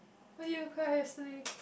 why did you cry yesterday